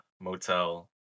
motel